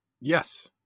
Yes